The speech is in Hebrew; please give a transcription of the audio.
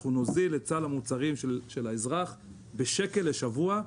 אנחנו נוזיל את סל המוצרים של האזרח בשקל לשבוע.